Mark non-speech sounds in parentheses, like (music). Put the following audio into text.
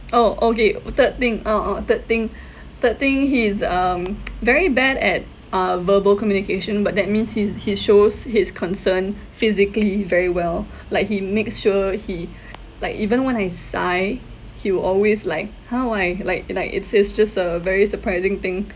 oh okay third thing oh oh third thing third thing he's um (noise) very bad at uh verbal communication but that means he's he shows his concern physically very well like he makes sure he like even when I sigh he will always like !huh! why like it like it's it's just a very surprising thing